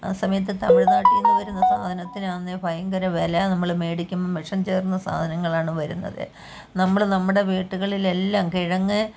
ആ സമയത്ത് തമിഴ്നാട്ടിൽ നിന്ന് വരുന്ന സാധനത്തിനാണെങ്കിൽ ഭയങ്കര വില നമ്മൾ മേടിക്കുമ്പോൾ വിഷം ചേർന്ന സാധനങ്ങളാണ് വരുന്നത് നമ്മൾ നമ്മുടെ വീടുകളിലെല്ലാം കിഴങ്ങ്